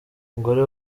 umugore